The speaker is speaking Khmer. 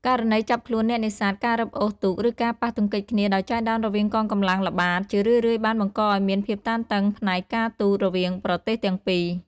ករណីចាប់ខ្លួនអ្នកនេសាទ ការរឹបអូសទូក ឬការប៉ះទង្គិចគ្នាដោយចៃដន្យរវាងកងកម្លាំងល្បាត ជារឿយៗបានបង្កឱ្យមានភាពតានតឹងផ្នែកការទូតរវាងប្រទេសទាំងពីរ។